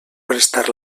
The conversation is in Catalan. prestar